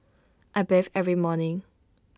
I bathe every morning